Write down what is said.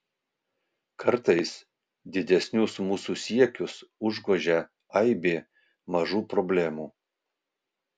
kartais didesnius mūsų siekius užgožia aibė mažų problemų